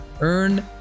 Earn